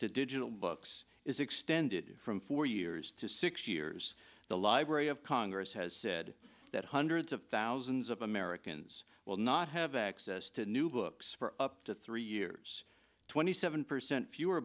digital books is extended from four years to six years the library of congress has said that hundreds of thousands of americans will not have access to new books for up to three years twenty seven percent fewer